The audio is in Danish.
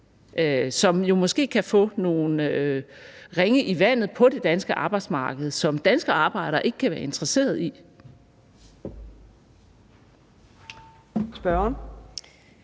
som måske kan skabe nogle ringe i vandet på det danske arbejdsmarked, som danske arbejdere ikke kan være interesseret i. Kl.